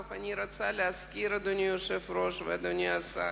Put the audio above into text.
דרך אגב, אדוני היושב-ראש ואדוני השר,